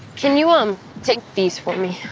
can you um take these for me?